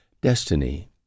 destiny